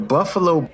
Buffalo